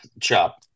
chop